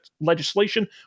legislation